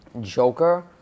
Joker